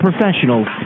professionals